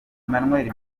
emmanuel